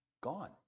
gone